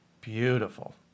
Beautiful